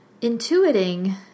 intuiting